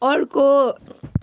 अर्को